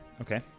Okay